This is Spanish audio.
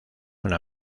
una